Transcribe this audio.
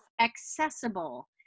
accessible